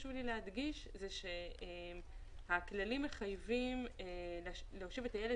חשוב לי להדגיש שהכללים מחייבים להושיב את הילד